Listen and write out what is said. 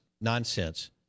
nonsense